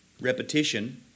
repetition